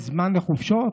יש זמן לחופשות?